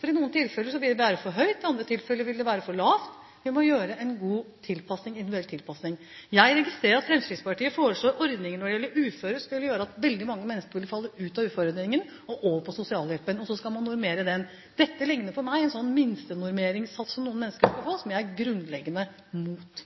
for i noen tilfeller vil det være for høyt, og i andre tilfeller vil det være for lavt. Vi må gjøre en god og individuell tilpasning. Jeg registrerer at Fremskrittspartiet foreslår ordninger når det gjelder uføre, som ville føre til at veldig mange mennesker vil falle ut av uføreordningen og komme over på sosialhjelp, og så skal man normere den. For meg likner dette på en slik minstenormeringssats som noen mennesker skal få, og som jeg er grunnleggende mot.